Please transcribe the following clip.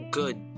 good